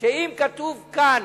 שאם כתוב כאן